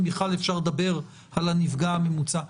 אם בכלל אפשר לדבר על הנפגע הממוצע,